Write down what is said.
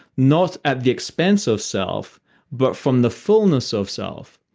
not at the expense of self but from the fullness of self.